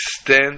stand